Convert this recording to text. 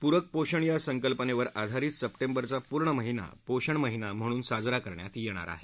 पूरक पोषण या संकल्पनेवर आधारित सप्टेंबरचा पूर्ण महिना पोषण महिना म्हणून साजरा करण्यात येणार आहे